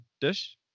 dish